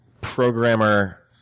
programmer